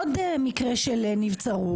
עוד מקרה של נבצרות.